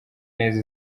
neza